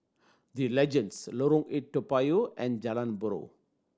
The Legends Lorong Eight Toa Payoh and Jalan Buroh